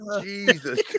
Jesus